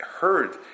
heard